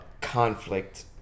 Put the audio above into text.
conflict